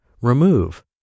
remove